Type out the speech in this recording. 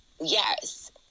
Yes